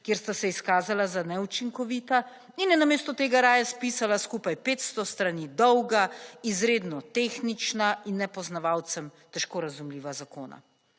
kjer sta se izkazala za neučinkovita in je namesto tega raje spisala skupaj 500 strani dolga izredno tehnična in nepoznavalcem težko razumljiva zakona.